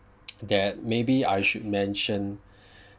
that maybe I should mention